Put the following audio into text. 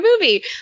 movie